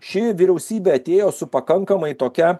ši vyriausybė atėjo su pakankamai tokia